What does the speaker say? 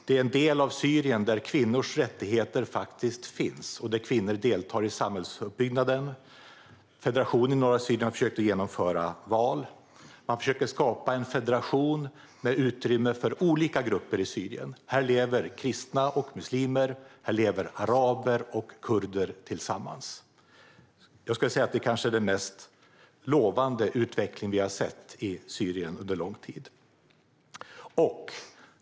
Det är en del av Syrien där kvinnors rättigheter faktiskt finns och där kvinnor deltar i samhällsuppbyggnaden. Federationen i norra Syrien har försökt genomföra val. Man försöker skapa en federation med utrymme för olika grupper i Syrien. Här lever kristna, muslimer, araber och kurder tillsammans. Jag skulle vilja säga att det kanske är den mest lovande utveckling vi har sett i Syrien under en lång tid.